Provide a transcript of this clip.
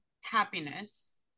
happiness